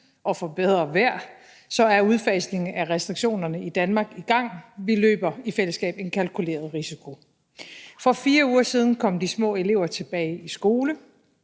og for bedre vejr, så er udfasningen af restriktionerne i Danmark i gang. Vi løber i fællesskab en kalkuleret risiko. For 4 uger siden kom de små elever tilbage i skole.